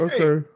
Okay